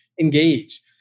engage